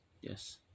yes